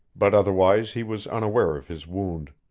but otherwise he was unaware of his wound.